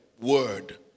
word